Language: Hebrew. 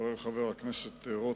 לרבות חבר הכנסת רותם,